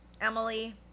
Emily